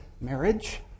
marriage